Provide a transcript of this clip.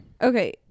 okay